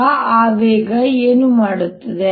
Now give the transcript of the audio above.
ಆ ಆವೇಗ ಏನು ಮಾಡುತ್ತದೆ